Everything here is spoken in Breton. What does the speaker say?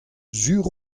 sur